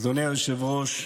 אדוני היושב-ראש,